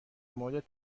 مورد